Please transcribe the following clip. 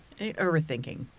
overthinking